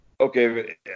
okay